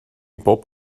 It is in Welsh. bob